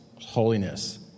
holiness